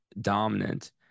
dominant